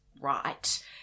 right